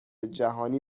جهانی